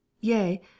yea